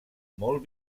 molt